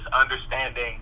understanding